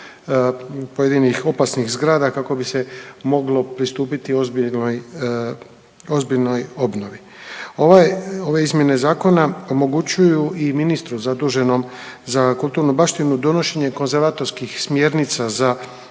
pojedinih opasnih zgrada kako bi se moglo pristupiti ozbiljnoj, ozbiljnoj obnovi. Ovaj, ove izmjene zakona omogućuju i ministru zaduženom za kulturnu baštinu donošenje konzervatorskih smjernica za